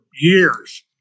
years